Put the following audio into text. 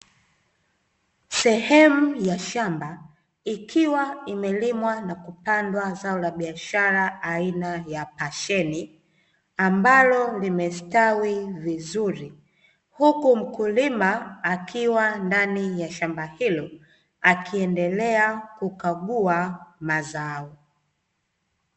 Sehemu ya shamba, ikiwa imelimwa na kupandwa zao la biashara aina ya pasheni ambalo limestawi vizuri, huku mkulima akiwa ndani ya shamba hilo akiendelea kukagua mazao.